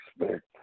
expect